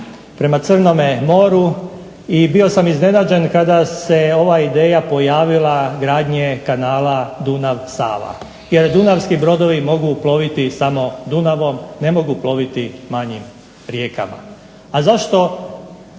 prema Crnome moru i bio sam iznenađen kada se ova ideja pojavila, gradnje kanala Dunav-Sava jer dunavski brodovi mogu ploviti samo Dunavom, ne mogu ploviti manjim rijekama. A zašto